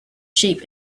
sheep